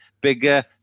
Bigger